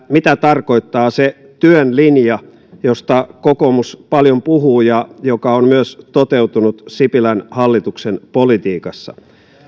mitä tarkoittaa se työn linja josta kokoomus paljon puhuu ja joka on myös toteutunut sipilän hallituksen politiikassa